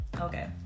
Okay